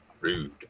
rude